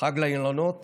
חג לאילנות